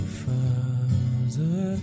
father